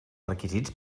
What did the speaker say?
requisits